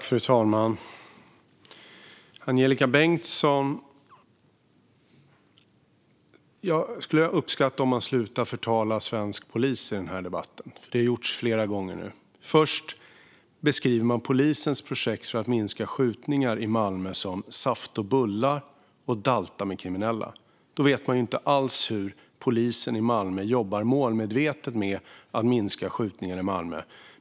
Fru talman! För det första skulle jag uppskatta om man slutade förtala svensk polis i den här debatten. Det har gjorts flera gånger nu. Först beskriver man polisens projekt för att minska skjutningar i Malmö som att det handlar om saft och bullar och att dalta med kriminella. Det visar att man inte alls vet hur polisen i Malmö jobbar målmedvetet med att minska skjutningar i Malmö.